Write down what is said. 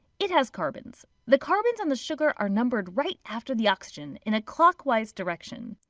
it has carbons. the carbons on the sugar are numbered right after the oxygen in a clockwise direction.